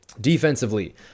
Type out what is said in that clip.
defensively